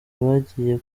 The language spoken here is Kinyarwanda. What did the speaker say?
bagiye